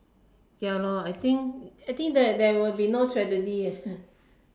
ya lor I think I think there there will be no tragedy eh